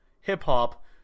hip-hop